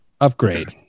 Upgrade